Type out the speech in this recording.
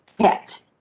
pet